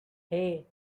hey